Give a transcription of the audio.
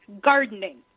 gardening